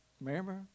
Remember